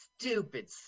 stupid